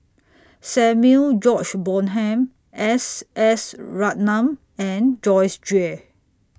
Samuel George Bonham S S Ratnam and Joyce Jue